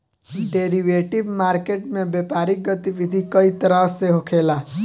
derivative market में व्यापारिक गतिविधि कई तरह से होखेला